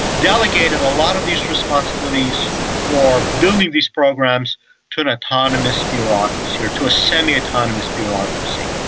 delegated a lot of these responsibilities for building these programs to an autonomous bureaucracy or to a semi-autonomous bureaucracy.